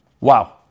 Wow